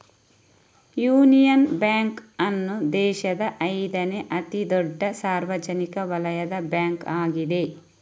union bank ಅನ್ನು ದೇಶದ ಐದನೇ ಅತಿ ದೊಡ್ಡ ಸಾರ್ವಜನಿಕ ವಲಯದ ಬ್ಯಾಂಕ್ ಆಗಿದೆ